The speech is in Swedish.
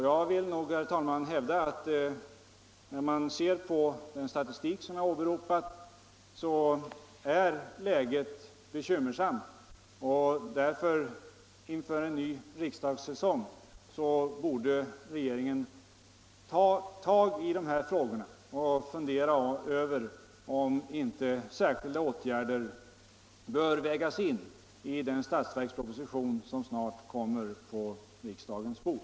Jag vill nog hävda att när man ser på den statistik som jag åberopat, så inser man att läget är bekymmersamt. Därför borde regeringen inför en ny riksdagssäsong ta tag i dessa frågor och fundera över om inte särskilda åtgärder borde vägas in i den statsverksproposition som snart kommer på riksdagens bord.